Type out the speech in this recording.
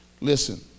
Listen